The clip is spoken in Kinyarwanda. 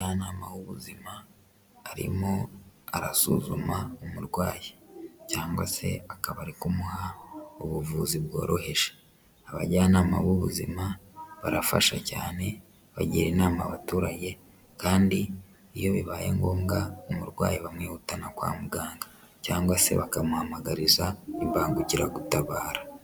Umujyanama w'ubuzima arimo arasuzuma umurwayi cyangwa se akaba ari kumuha ubuvuzi bworoheje, abajyanama b'ubuzima barafasha cyane bagira inama abaturage kandi iyo bibaye ngombwa umurwayi bamwihutana kwa muganga cyangwa se bakamuhamagariza imbagukiragutabara.